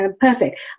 Perfect